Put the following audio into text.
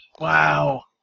Wow